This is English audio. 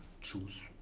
choose